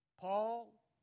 Paul